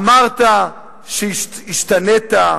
אמרת שהשתנית,